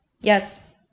yes